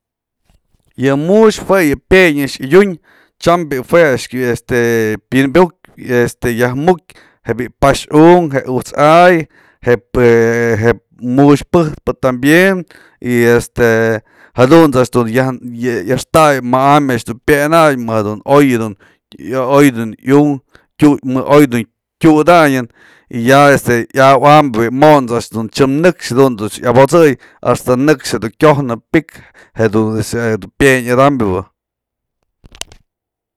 yë mu'uxë jue yë pyenë a'ax du yadyun tyam bi'i jue a'ax este pi'imuk este yaj mu'uk, je bi'i pax unkë, je ut's a'ay, je mu'uxë pëjtpë tambien y este jadunt's a'ax dun yaxtay ma'ambyë a'ax dun pyenanë më dun oy dun oy dun iukë tyu më oy dun tyudanën y ya este yaw am bi'i mont's a'ax dun t'syem nëkxë dun a'ax yabotsëy axta nëkxë dun kyojnë pi'ik jedun a'ax pyenë adambë.